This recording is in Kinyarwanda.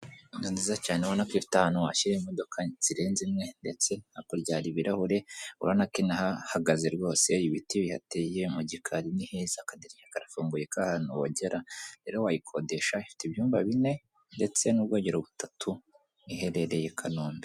Inzu nziza cyane ubonako ifite ahantu washyira imodoka zirenze imwe, ndetse hakurya hari ibirahure, urabonako inahahagaze rwose, ibiti bihateye, mu gikari ni heza, akadirishya karafunguye ka ahantu wogera, rero wayikodesha ifite ibyumba bine ndetse n'ubwogero butatu, iherereye i Kanombe.